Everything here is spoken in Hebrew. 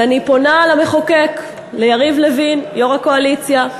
ואני פונה למחוקק, ליריב לוין, יו"ר הקואליציה,